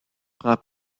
prend